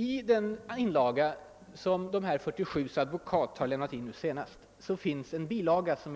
I den inlaga, som de nu aktuella 47 zigenarnas advokat senast lämnat in, finns en